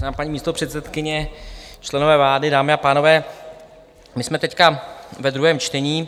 Vážená paní místopředsedkyně, členové vlády, dámy a pánové, my jsme teď ve druhém čtení.